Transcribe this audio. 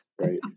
Right